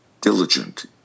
diligent